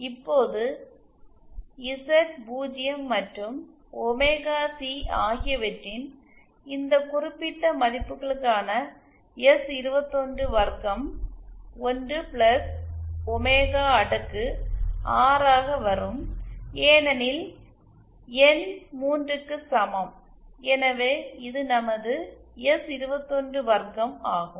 இப்போது இசட்0 மற்றும் ஒமேகா சி ஆகியவற்றின் இந்த குறிப்பிட்ட மதிப்புகளுக்கான எஸ்212 1 ஒமேகா அடுக்கு 6 ஆக வரும் ஏனெனில் என் 3 க்கு சமம் எனவே இது நமது எஸ்212 ஆகும்